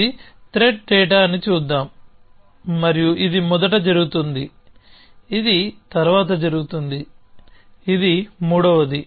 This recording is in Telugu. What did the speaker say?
ఇది త్రెట్ డేటా అని చూద్దాం మరియు ఇది మొదట జరుగుతుంది ఇది తరువాత జరుగుతుంది ఇది మూడవది